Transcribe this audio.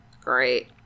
Great